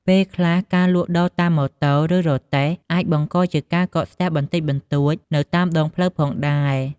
ពេលខ្លះការលក់ដូរតាមម៉ូតូ ឬរទេះអាចបង្កជាការកកស្ទះបន្តិចបន្តួចនៅតាមផ្លូវផងដែរ។